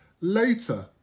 Later